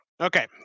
okay